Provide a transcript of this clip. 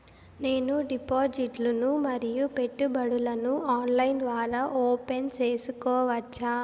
నేను డిపాజిట్లు ను మరియు పెట్టుబడులను ఆన్లైన్ ద్వారా ఓపెన్ సేసుకోవచ్చా?